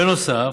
בנוסף,